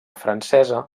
francesa